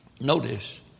Notice